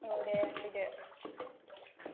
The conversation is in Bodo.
औ दे फैदो